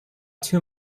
too